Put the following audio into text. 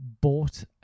bought